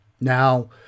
Now